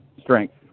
strength